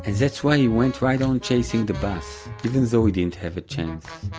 that's why he went right on chasing the bus, even though he didn't have a chance